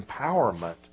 empowerment